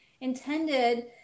intended